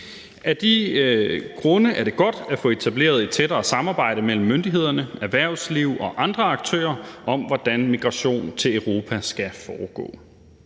Af de grunde er det godt at få etableret et tættere samarbejde mellem myndighederne, erhvervslivet og andre aktører om, hvordan migration til Europa skal foregå.